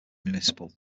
municipal